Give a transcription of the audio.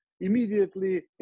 immediately